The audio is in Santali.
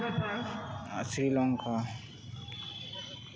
ᱟᱨ ᱥᱨᱤᱞᱚᱝᱠᱟ